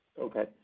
okay